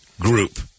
group